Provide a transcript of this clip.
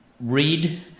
read